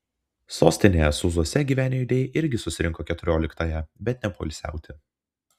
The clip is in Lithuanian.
sostinėje sūzuose gyvenę judėjai irgi susirinko keturioliktąją bet ne poilsiauti